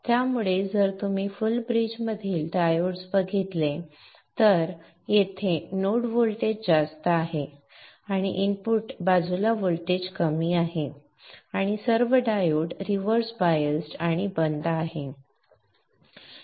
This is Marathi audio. त्यामुळे जर आपण फुल ब्रिज मधील डायोड्स बघितले तर येथे नोड व्होल्टेज जास्त आहे आणि इनपुट बाजूला व्होल्टेज कमी आहे आणि सर्व डायोड रिव्हर्स बायस्ड आणि बंद आहेत